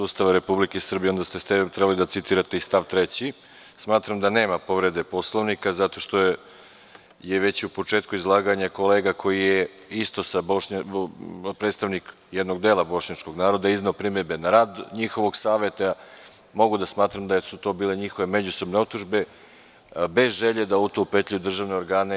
Ustava Republike Srbije, onda se trebali da citirate stav 3. Smatram da nema povrede Poslovnika zato što je već u početku izlaganja kolega, koji je predstavnik jednog dela bošnjačkog naroda, izneo primedbe na rad njihovog saveta i mogu da smatram da su to bile njihove međusobne optužbe, bez želje da u to upetlja državne organe.